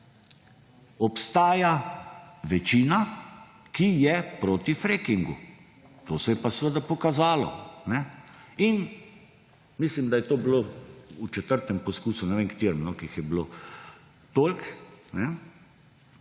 obstaja večina, ki je proti frackingu, to se je pa seveda pokazalo, mislim, da je to bilo v četrtem poskusu, ne vem, katerem, no, ker jih je bilo toliko